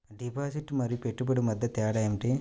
Deposit మరియు పెట్టుబడి మధ్య తేడా ఏమిటి?